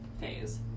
phase